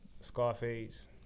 *Scarface*